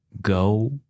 Go